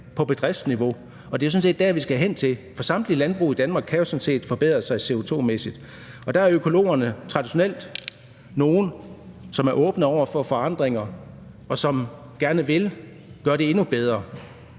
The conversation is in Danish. på bedriftsniveau. Og det er jo sådan set der, vi skal hen, for samtlige landbrug i Danmark kan jo sådan set forbedre sig CO2-mæssigt, og der er økologerne traditionelt nogen, som er åbne over for forandringer, og som gerne vil gøre det endnu bedre.